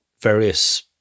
various